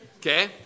okay